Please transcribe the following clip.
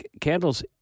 candles